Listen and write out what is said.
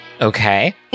Okay